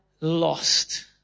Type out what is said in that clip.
lost